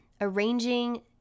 arranging